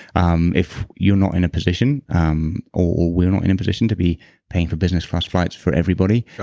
um if you're not in a position um or we are not in a position to be paying for business class flights for everybody,